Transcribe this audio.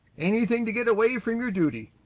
anything to get away from your duty.